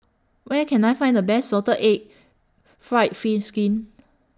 Where Can I Find The Best Salted Egg Fried Fish Skin